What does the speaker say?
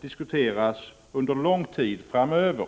diskuteras under lång tid framöver.